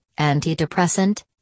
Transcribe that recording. antidepressant